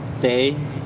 day